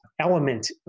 element